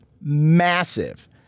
massive